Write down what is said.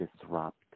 disrupt